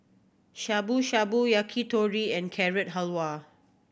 Shabu Shabu Yakitori and Carrot Halwa